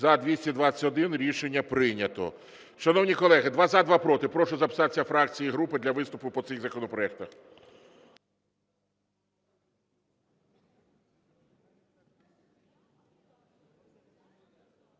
За-221 Рішення прийнято. Шановні колеги, два – за, два – проти. Прошу записатися фракції і групи для виступу по цих законопроектах.